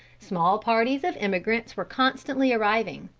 small parties of emigrants were constantly arriving.